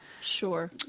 Sure